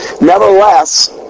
Nevertheless